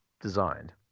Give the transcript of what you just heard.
designed